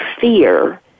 fear